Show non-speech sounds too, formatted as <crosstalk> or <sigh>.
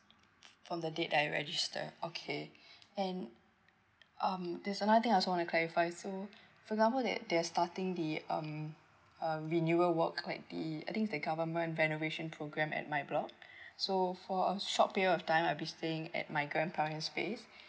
from the date I register okay <breath> and um there's a anything I want to clarify so for example that they're starting the um uh renewal work quite the I think the government renovation program at my block so for a short period of time I'll be staying at my grandparents space